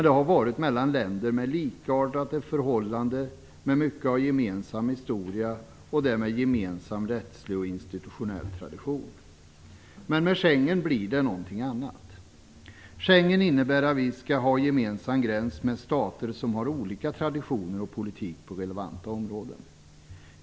Det har varit mellan länder med likartade förhållanden med mycket av gemensam historia och därmed gemensam rättslig och institutionell tradition. Men med Schengenavtalet blir det någonting annat. Schengenavtalet innebär att vi skall ha gemensam gräns med stater som har olika traditioner och politik på relevanta områden.